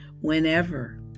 Whenever